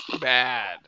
Bad